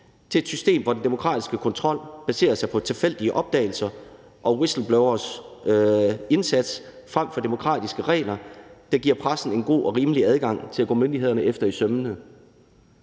til et system, hvor den demokratiske kontrol baserer sig på tilfældige opdagelser og whistlebloweres indsats frem for demokratiske regler, der giver pressen en god og rimelig adgang til at gå myndighederne efter i sømmene.